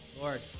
Lord